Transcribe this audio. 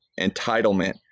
entitlement